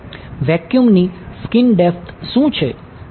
વેક્યુમની skin depth શું છે